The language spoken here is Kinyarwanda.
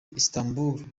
istanbul